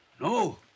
No